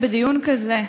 זה מבייש שבדיון כזה,